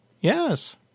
Yes